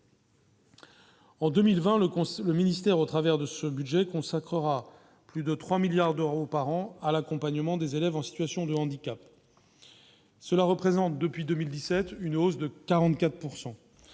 En 2020 le le ministère au travers de ce budget consacrera plus de 3 milliards d'euros par an à l'accompagnement des élèves en situation de handicap, cela représente depuis 2017, une hausse de 44